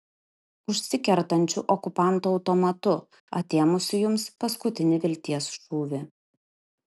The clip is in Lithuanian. užsikertančiu okupanto automatu atėmusiu jums paskutinį vilties šūvį